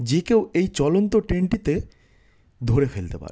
যে কেউ এই চলন্ত ট্রেনটিতে ধরে ফেলতে পারবে